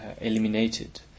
eliminated